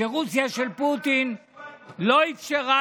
רק מתנשא כמוך שלא מבין כותב ספר על הקורונה.